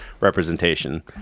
representation